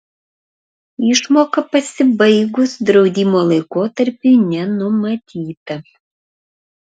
išmoka pasibaigus draudimo laikotarpiui nenumatyta